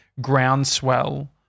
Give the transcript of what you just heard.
groundswell